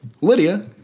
Lydia